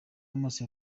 amaso